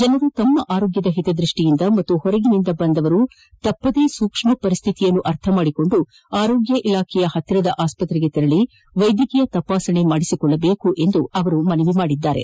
ಜನರು ತಮ್ಮ ಆರೋಗ್ಯದ ಹಿತದೃಷ್ವಿಯಿಂದ ಹಾಗೂ ಹೊರಗಿನಿಂದ ಬಂದವರು ತಪ್ಪದೇ ಸೂಕ್ಷ್ಮ ಪರಿಸ್ಥಿತಿಯನ್ನು ಅರಿತು ಆರೋಗ್ಯ ಇಲಾಖೆಯ ಹತ್ತಿರದ ಆಸ್ಪತ್ರೆಗೆ ತೆರಳಿ ವೈದ್ಯಕೀಯ ಪರೀಕ್ಷೆ ಮಾಡಿಸಿಕೊಳ್ಳಬೇಕು ಎಂದು ಮನವಿ ಮಾಡಿದರು